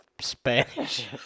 Spanish